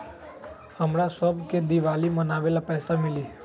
हमरा शव के दिवाली मनावेला पैसा मिली?